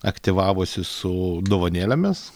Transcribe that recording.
aktyvavosi su dovanėlėmis